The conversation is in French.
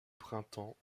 printemps